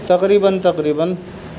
تقریباً تقریباً